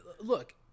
look